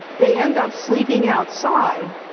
they end up sleeping outside,